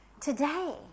Today